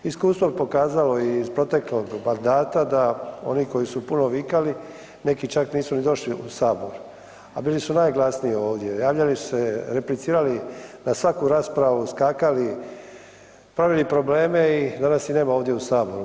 Iskustvo je pokazalo i iz proteklog mandata da oni koji su puno vikali neki čak nisu ni došli u sabor, a bili su najglasniji ovdje, javljali su se, replicirali na svaku raspravu, skakali, pravili probleme i danas ih nema ovdje u saboru.